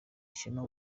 ishema